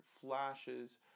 flashes